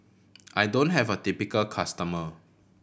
I don't have a typical customer